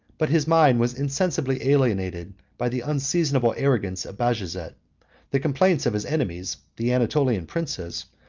but his mind was insensibly alienated by the unseasonable arrogance of bajazet the complaints of his enemies, the anatolian princes,